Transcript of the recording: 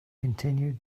continued